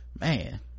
man